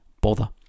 bother